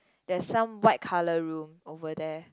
there's some white colour room over there